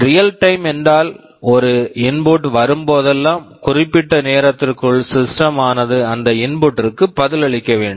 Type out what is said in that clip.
real time real time என்றால் ஒரு input input வரும்போதெல்லாம் குறிப்பிட்ட நேரத்திற்குள் சிஸ்டம் system ஆனது அந்த இன்புட் input ற்கு பதிலளிக்க வேண்டும்